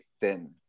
thin